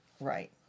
Right